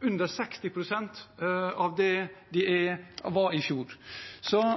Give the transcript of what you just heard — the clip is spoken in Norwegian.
under 60 pst. av det de var i fjor. Så